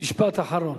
משפט אחרון.